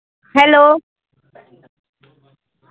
hello